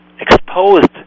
exposed